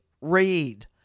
read